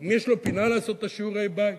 האם יש לו פינה לעשות את שיעורי הבית,